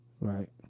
Right